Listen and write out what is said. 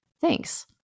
Thanks